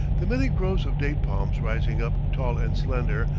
the many groves of date-palms, rising up tall and slender,